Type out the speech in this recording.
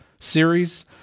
series